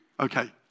Okay